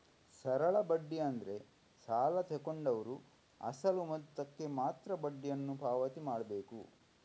ಸರಳ ಬಡ್ಡಿ ಅಂದ್ರೆ ಸಾಲ ತಗೊಂಡವ್ರು ಅಸಲು ಮೊತ್ತಕ್ಕೆ ಮಾತ್ರ ಬಡ್ಡಿಯನ್ನು ಪಾವತಿ ಮಾಡ್ಬೇಕು